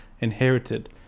inherited